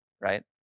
right